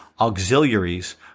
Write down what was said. auxiliaries